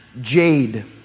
Jade